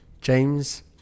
James